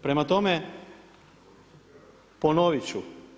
Prema tome, ponovit ću.